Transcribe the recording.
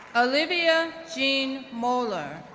olivia jean moeller,